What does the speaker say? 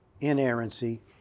inerrancy